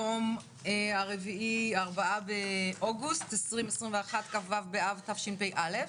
היום ה-4 באוגוסט 2021, כ"ו באב תשפ"א.